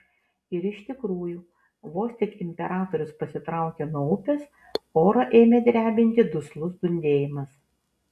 ir iš tikrųjų vos tik imperatorius pasitraukė nuo upės orą ėmė drebinti duslus dundėjimas